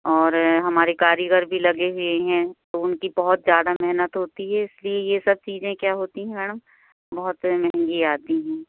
और हमारे कारीगर भी लगे हुए हैं तो उनकी बहुत ज़्यादा मेहनत होती है इसलिए ये सब चीज़ें क्या होती हैं मैडम बहुत महंगी आती हैं